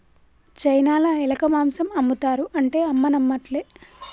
చైనాల ఎలక మాంసం ఆమ్ముతారు అంటే అమ్మ నమ్మట్లే